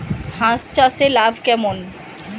হাঁস চাষে লাভ কেমন?